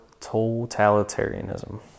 totalitarianism